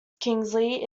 kingsley